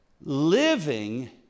living